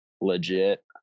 legit